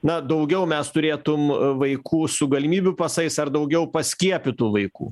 ne daugiau mes turėtum vaikų su galimybių pasais ar daugiau paskiepytų vaikų